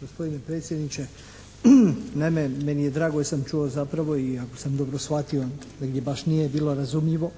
gospodine predsjedniče. Naime, meni je drago jer sam čuo zapravo i ako sam dobro shvatio, negdje baš nije bilo razumljivo